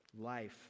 Life